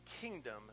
kingdom